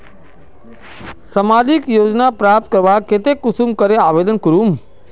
सामाजिक योजना प्राप्त करवार केते कुंसम करे आवेदन करूम?